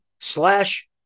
slash